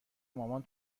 مامان